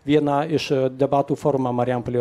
vieną iš debatų forumą marijampolėje